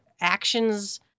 actions